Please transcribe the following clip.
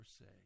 say